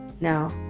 No